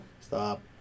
Stop